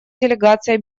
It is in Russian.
делегация